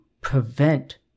prevent